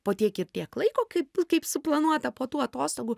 po tiek ir tiek laiko kaip kaip suplanuota po tų atostogų